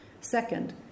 Second